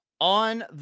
on